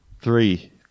Three